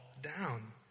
down